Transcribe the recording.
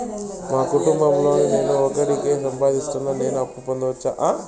మా కుటుంబం లో నేను ఒకడినే సంపాదిస్తున్నా నేను అప్పు పొందొచ్చా